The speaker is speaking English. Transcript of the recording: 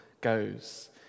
goes